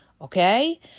okay